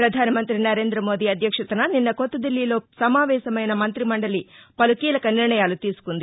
ప్రధానమంత్రి నరేంద్రమోదీ అధ్యక్షతన నిన్న కొత్తదిల్లీలో సమావేశమైన మంత్రిమండలి పలు కీలక నిర్ణయాలు తీసుకుంది